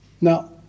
now